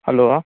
hello